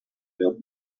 built